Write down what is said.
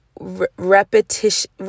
repetition